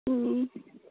ꯎꯝ